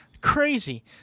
Crazy